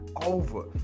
Over